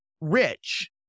rich